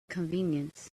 convenience